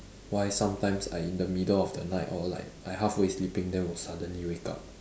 why sometimes I in the middle of the night or like I halfway sleeping then will suddenly wake up